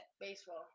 Baseball